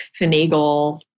finagle